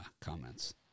comments